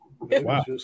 wow